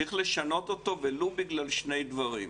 צריך לשנות אותו, ולו בגלל שני דברים: